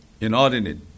inordinate